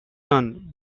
son